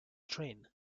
train